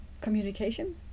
communication